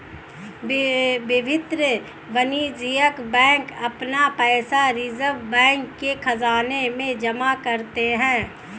विभिन्न वाणिज्यिक बैंक अपना पैसा रिज़र्व बैंक के ख़ज़ाने में जमा करते हैं